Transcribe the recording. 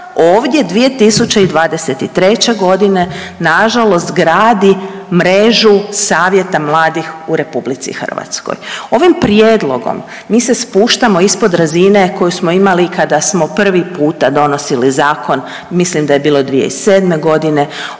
ovdje 2023. godine na žalost gradi mrežu Savjeta mladih u Republici Hrvatskoj. Ovim prijedlogom mi se spuštamo ispod razine koju smo imali kada smo prvi puta donosili zakon. Mislim da je bilo 2007. godine